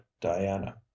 diana